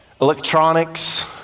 electronics